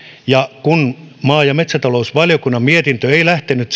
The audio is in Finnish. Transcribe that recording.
kun maa ja metsätalousvaliokunnan mietintö ei lähtenyt